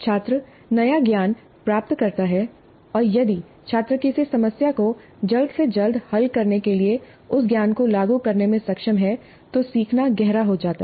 छात्र नया ज्ञान प्राप्त करता है और यदि छात्र किसी समस्या को जल्द से जल्द हल करने के लिए उस ज्ञान को लागू करने में सक्षम है तो सीखना गहरा हो जाता है